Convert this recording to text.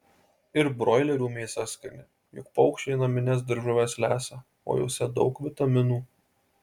ir broilerių mėsa skani juk paukščiai namines daržoves lesa o jose daug vitaminų